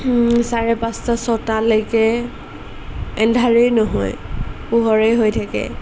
চাৰে পাঁচটা ছটালৈকে এন্ধাৰেই নহয় পোহৰেই হৈ থাকে